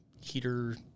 heater